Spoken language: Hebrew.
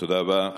תודה רבה, אדוני.